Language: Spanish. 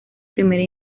primera